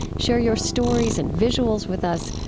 share your stories and visuals with us.